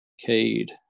Cade